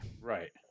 Right